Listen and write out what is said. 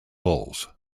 bulls